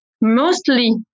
mostly